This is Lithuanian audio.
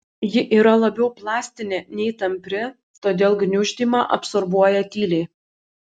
ji yra labiau plastinė nei tampri todėl gniuždymą absorbuoja tyliai